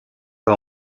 pas